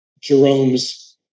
Jerome's